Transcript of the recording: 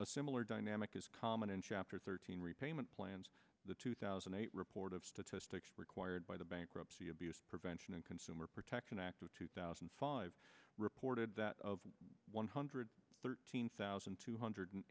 a similar dynamic is common in chapter thirteen repayment plans the two thousand and eight report of statistics required by the bankruptcy abuse prevention and consumer protection act of two thousand and five reported that of one hundred thirteen thousand two hundred